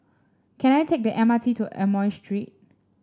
can I take the M R T to Amoy Street